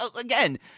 again